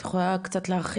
את יכולה קצת להרחיב על זה?